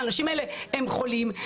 האנשים האלה הם חולים.